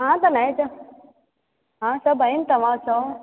हा त नए जा हा सभु आहिनि तव्हां चओ